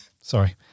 Sorry